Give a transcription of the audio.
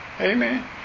Amen